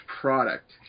product